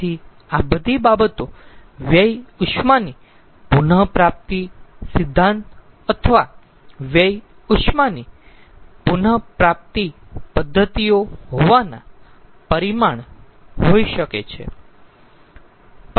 તેથી આ બધી બાબતો વ્યય ઉષ્માની પુન પ્રાપ્તિ સિદ્ધાંત અથવા વ્યય ઉષ્માની પુન પ્રાપ્તિ પદ્ધતિઓ હોવાના પરિણામ હોઈ શકે છે